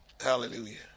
Hallelujah